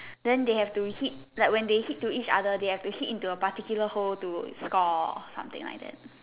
then they have to hit like when they hit to each other they have to hit into a particular hole to score something like that